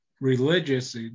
religious